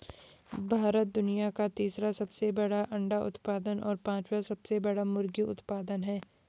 भारत दुनिया का तीसरा सबसे बड़ा अंडा उत्पादक और पांचवां सबसे बड़ा मुर्गी उत्पादक है